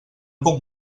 puc